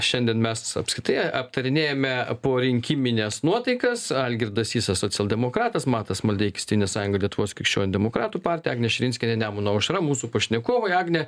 šiandien mes apskritai a aptarinėjame porinkimines nuotaikas algirdas sysas socialdemokratas matas maldeikis tėvynės sąjunga lietuvos krikščionių demokratų partija agnė širinskienė nemuno aušra mūsų pašnekovai agne